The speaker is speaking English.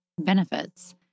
benefits